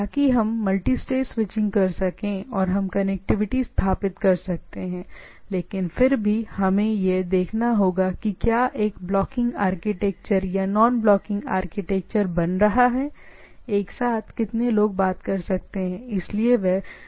ताकि हम multistage switching कर सकें और हम चीजों में कनेक्टिविटी स्थापित कर सकते हैं लेकिन फिर भी हमें यह देखना होगा कि क्या यह एक ब्लॉकिंग आर्किटेक्चर या नॉन ब्लॉकिंग आर्किटेक्चर बन रहा है एक साथ कितने लोग बात कर सकते हैं एक दूसरे से और इसी प्रकार की चीजें